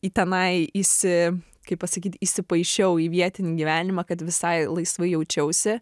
į tenai įsi kai pasakyt įsipaišiau į vietinį gyvenimą kad visai laisvai jaučiausi